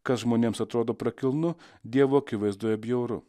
kas žmonėms atrodo prakilnu dievo akivaizdoje bjauru